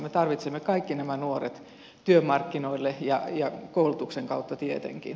me tarvitsemme kaikki nämä nuoret työmarkkinoille ja koulutuksen kautta tietenkin